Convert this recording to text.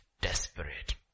desperate